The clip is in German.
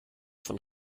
von